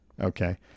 Okay